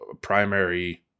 primary